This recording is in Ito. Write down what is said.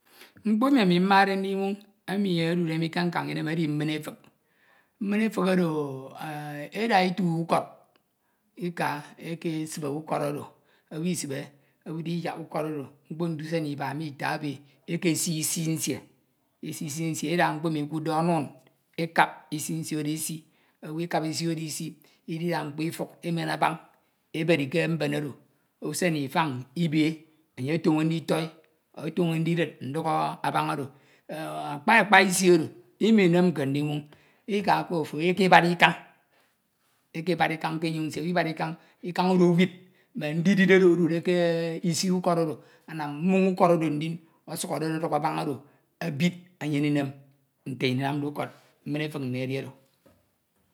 Mkpo emi ami mmade ndinwoñ emi edude mi ke nkañ nnyin emi edi mmin efik, mmin efik oro enh eda etu ukọd eka ekesibe ukọd oro, owu isibe owu Idiyak ukọd oro mkpo nte usen Iba me Ita ebe ekesi isi nsie, isi isi nsie eda mkpo emi ekudde ọnun ekap isi nsie oro esi owu Ikap isi oro isi, Idida mkpo efuk, emen abom̄ eben ke mben oro, usen Ifuñ Ibe enye ofoño nditoi, otono ndidid nduk abañ oro, enh akpa akpa isi oro Iminemke ndin woñ, Ika ko afo ekebara Ikañ, ekebara Ikañ ke enyoñ nsie, Ikañ oro ewid mme ndidin oro odude k’isi ukọd oro anam mmoñ ukọd oro õsukhọnede ọduk abañ oro ebid enyene Inem, nte nnyin Inamde ukọd, mmin efik nnyin edi oro.